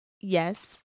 Yes